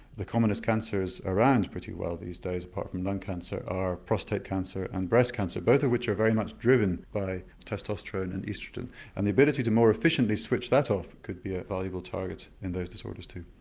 the commonest cancers around pretty well these days apart from lung cancer are prostate cancer and breast cancer, both of which are very much driven by testosterone and oestrogen and the ability to more efficiently switch that off could be a valuable target in those disorders too.